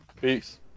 Peace